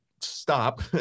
stop